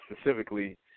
specifically